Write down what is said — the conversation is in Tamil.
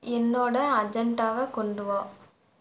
என்னோட அஜண்டாவை கொண்டு வா